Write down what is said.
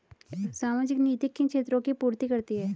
सामाजिक नीति किन क्षेत्रों की पूर्ति करती है?